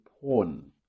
porn